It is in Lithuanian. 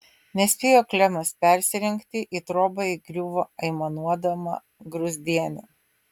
nespėjo klemas persirengti į trobą įgriuvo aimanuodama gruzdienė